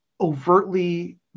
overtly